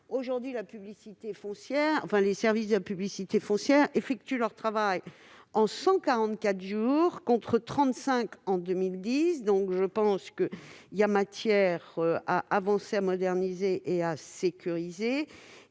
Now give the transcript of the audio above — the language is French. Aujourd'hui, les services de la publicité foncière effectuent leur travail en 144 jours, contre 35 en 2010. Il y a matière à progresser, à moderniser et à sécuriser.